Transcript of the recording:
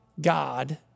God